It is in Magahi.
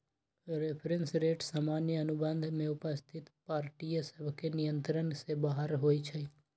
रेफरेंस रेट सामान्य अनुबंध में उपस्थित पार्टिय सभके नियंत्रण से बाहर होइ छइ